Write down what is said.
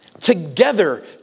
Together